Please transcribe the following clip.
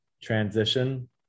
transition